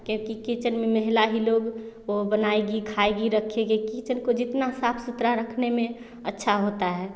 क्योंकि किचन में महिला ही लोग वह बनाएगी खाएगी रखेगी किचन को जितना साफ़ सुथरा रखने में अच्छा होता है